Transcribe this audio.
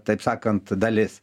taip sakant dalis